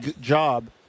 job